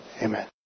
Amen